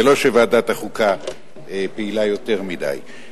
זה לא שוועדת החוקה פעילה יותר מדי.